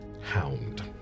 hound